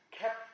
kept